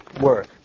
work